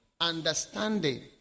Understanding